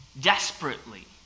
desperately